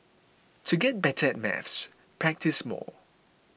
to get better at maths practise more